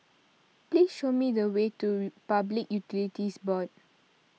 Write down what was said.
please show me the way to Public Utilities Board